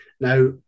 Now